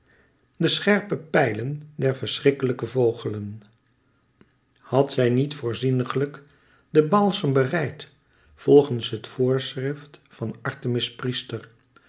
de scherpe pijlen der verschrikkelijke vogelen had zij niet voorzieniglijk den balsem bereid volgens het voorschrift van artemis priester